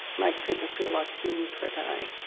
make people feel like kings for a day,